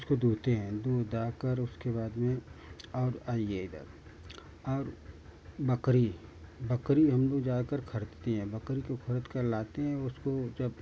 उसको दुहते हें दूध दाह कर उसके बाद में और आइए इधर और बकरी बकरी हम लोग ज़्यादातर ख़रीदते हैं बकरी को ख़रीदकर लाते हैं उसको जब